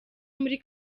muri